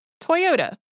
Toyota